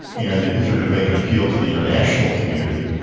and if you're going to make an appeal to the international community,